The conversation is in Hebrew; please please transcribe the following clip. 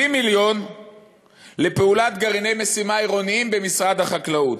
70 מיליון לפעולת גרעיני משימה עירוניים במשרד החקלאות.